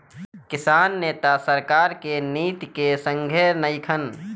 किसान नेता सरकार के नीति के संघे नइखन